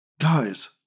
Guys